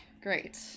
great